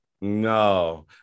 No